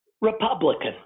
Republican